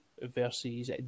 versus